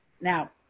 now